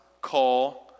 call